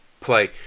play